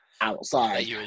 outside